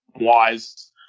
wise